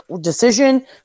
decision